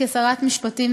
כשרת משפטים,